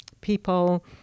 people